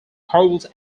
holds